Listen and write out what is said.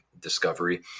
discovery